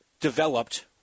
developed